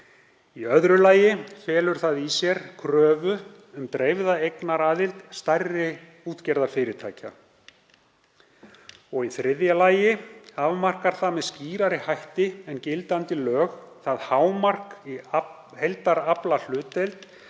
Í öðru lagi felur það í sér kröfu um dreifða eignaraðild stærri útgerðarfyrirtækja. Í þriðja lagi afmarkar það með skýrari hætti en gildandi lög það hámark í heildaraflahlutdeild